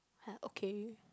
like okay